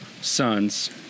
sons